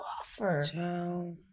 offer